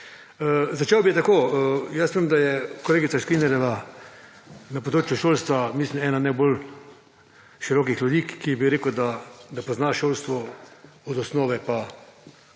Začel bi tako. Jaz vem, da je kolegica Škrinjar na področju šolstva ena najbolj širokih ljudi, ki bi rekel, da poznajo šolstvo od osnove pa